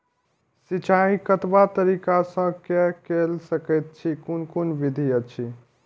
सिंचाई कतवा तरीका स के कैल सकैत छी कून कून विधि अछि?